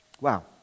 Wow